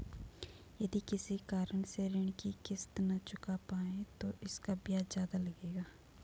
यदि किसी कारण से ऋण की किश्त न चुका पाये तो इसका ब्याज ज़्यादा लगेगा?